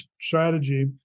strategy